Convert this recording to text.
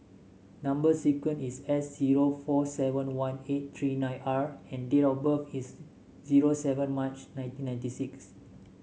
number sequence is S zero four seven one eight three nine R and date of birth is zero seven March nineteen ninety six